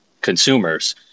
consumers